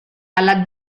alla